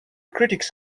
critics